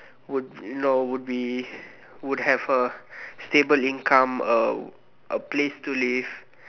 would you know would be would have a stable income a a place to live